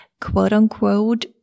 quote-unquote